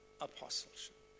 apostleship